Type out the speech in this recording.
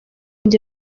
njye